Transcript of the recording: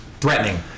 Threatening